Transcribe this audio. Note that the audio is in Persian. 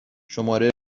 شماره